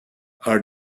are